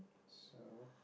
so